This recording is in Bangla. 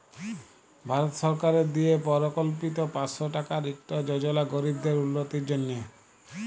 ভারত সরকারের দিয়ে পরকল্পিত পাঁচশ টাকার ইকট যজলা গরিবদের উল্লতির জ্যনহে